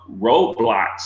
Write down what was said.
roadblocks